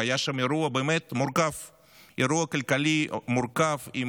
ובאמת היה שם אירוע כלכלי מורכב,